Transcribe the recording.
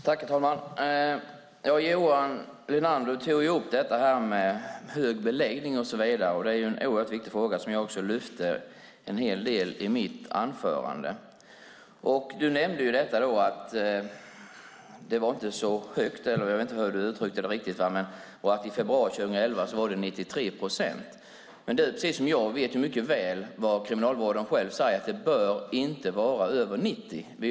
Herr talman! Johan Linander tog upp detta med hög beläggning. Det är en viktig fråga som jag också lyfte fram i mitt anförande. Du, Johan Linander, nämnde att den inte var så hög nu och att den i februari 2011 var 93 procent. Du vet precis som jag att Kriminalvården själv säger att den inte bör vara över 90 procent.